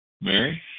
Mary